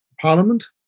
Parliament